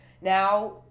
now